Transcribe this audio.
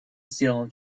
сделан